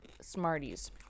smarties